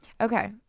okay